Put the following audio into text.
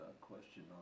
question